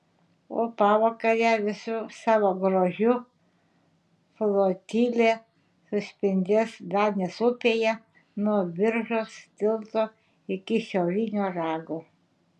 o pavakare visu savo grožiu flotilė suspindės danės upėje nuo biržos tilto iki šiaurinio rago